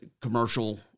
commercial